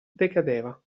decadeva